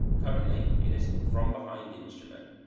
currently it is from behind instrument,